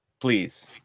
Please